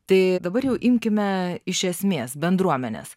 tai dabar jau imkime iš esmės bendruomenės